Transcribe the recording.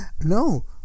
No